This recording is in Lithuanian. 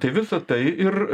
tai visa tai ir